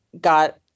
got